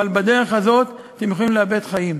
אבל בדרך הזאת אתם יכולים לאבד חיים.